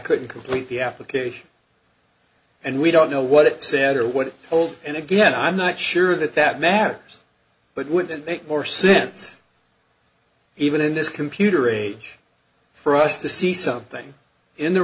couldn't complete the application and we don't know what it said or what old and again i'm not sure that that matters but wouldn't make more sense even in this computer age for us to see something in the